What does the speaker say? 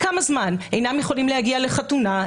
הם אינם יכולים להגיע לחתונה,